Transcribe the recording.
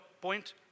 point